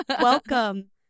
Welcome